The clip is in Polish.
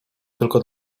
tylko